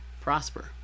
prosper